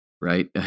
right